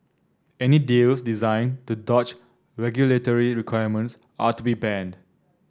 any deals designed to dodge regulatory requirements are to be banned